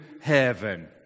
heaven